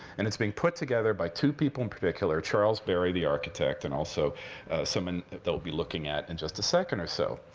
and it's being put together by two people, in particular, charles barry the architect, and also someone they'll be looking at in and just a second or so.